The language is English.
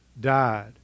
died